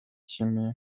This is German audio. chemie